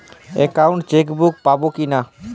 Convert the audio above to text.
Account checkbook পাবো কি না?